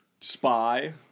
spy